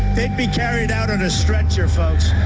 they'd be carried out on a stretcher folks.